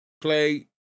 play